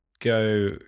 go